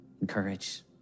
encourage